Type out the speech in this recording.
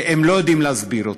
שהם לא יודעים להסביר אותה,